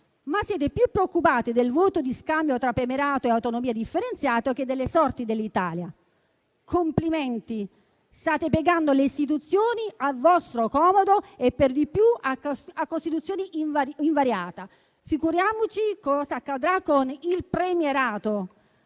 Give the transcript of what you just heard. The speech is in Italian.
siete più preoccupati del voto di scambio tra premierato e autonomia differenziata che delle sorti dell'Italia. Complimenti: state piegando le istituzioni a vostro comodo e per di più a Costituzione invariata. Figuriamoci cosa accadrà con il premierato.